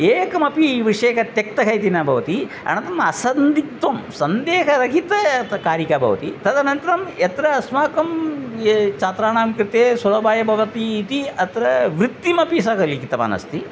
एकमपि विषयः त्यक्तः इति न भवति अनन्तरम् असन्दिग्धा सन्देहरहिता अतः कारिका भवति तदनन्तरं यत्र अस्माकं ये छात्राणां कृते सुलभाय भवति इति अत्र वृत्तिमपि सः लिखितवान् अस्ति